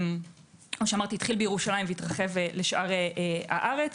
התחיל בירושלים והתרחב לשאר הארץ.